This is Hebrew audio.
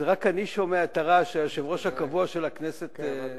זה רק אני שומע את הרעש שהיושב-ראש הקבוע של הכנסת עושה,